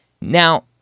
Now